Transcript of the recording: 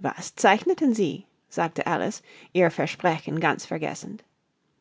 was zeichneten sie sagte alice ihr versprechen ganz vergessend